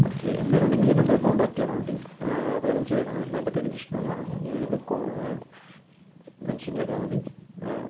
okay എന്തെങ്കിലും ഉണ്ടെങ്കിൽ ഈ നമ്പറിൽ കോണ്ടാക്ട് ചെയ്താൽ മതി പതിനഞ്ചുപേരാണ് വരുന്നത് എന്റെ പേര് ജിഷ്ണു എന്നാണ് ഇതിൽ മെൻഷൻ ചെയ്താൽ മതി